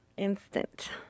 instant